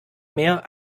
mehr